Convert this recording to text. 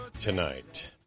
tonight